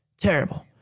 Terrible